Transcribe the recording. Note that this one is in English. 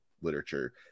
literature